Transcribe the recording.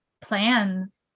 plans